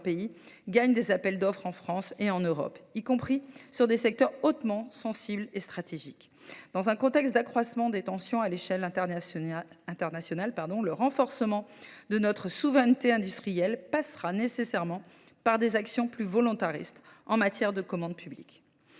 pays, gagnent des appels d’offres en France et en Europe, y compris dans des secteurs hautement sensibles et stratégiques. Dans un contexte d’accroissement des tensions à l’échelle internationale, le renforcement de notre souveraineté industrielle passera nécessairement par des actions plus volontaristes en matière de commande publique.